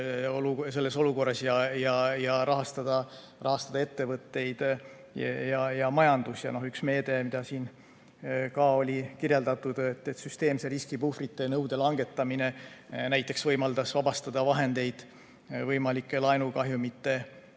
selles olukorras ja rahastada ettevõtteid. Üks meede, mida siin ka oli kirjeldatud, oli, et süsteemse riski puhvrite nõude langetamine näiteks võimaldas vabastada vahendeid võimalike laenukahjumite katteks.